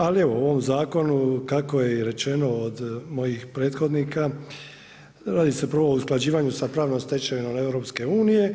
Ali evo u ovom zakonu kako je i rečeno od mojih prethodnika, radi se prvo o usklađivanju sa pravnom stečevinom EU.